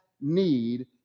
need